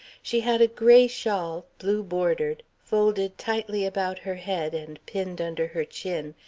she had a gray shawl, blue-bordered, folded tightly about her head and pinned under her chin,